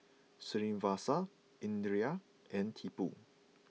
Srinivasa Indira and Tipu